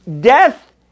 Death